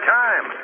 time